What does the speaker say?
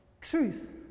Truth